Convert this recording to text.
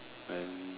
then